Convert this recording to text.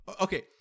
Okay